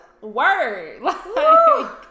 Word